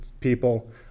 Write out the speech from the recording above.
people